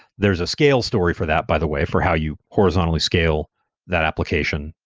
there is a scale story for that, by the way, for how you horizontally scale that application,